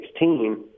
2016